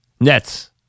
Nets